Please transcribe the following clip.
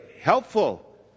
helpful